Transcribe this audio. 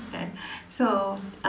okay so